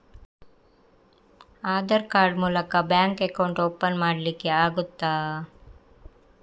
Aadhaar card ಮೂಲಕ bank account open ಮಾಡಲಿಕ್ಕೆ ಆಗುತಾ?